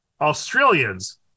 Australians